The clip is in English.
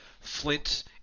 Flint